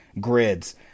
grids